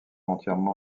entièrement